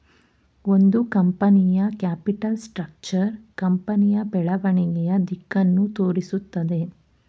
ಒಂದು ಕಂಪನಿಯ capital structure ಕಂಪನಿಯ ಬೆಳವಣಿಗೆಯ ದಿಕ್ಕನ್ನು ತೋರಿಸುತ್ತದೆ